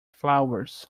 flowers